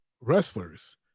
wrestlers